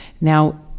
Now